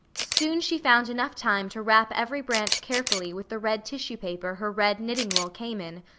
soon she found enough time to wrap every branch carefully with the red tissue paper her red knitting wool came in,